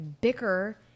bicker